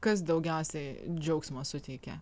kas daugiausiai džiaugsmo suteikia